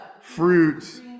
fruits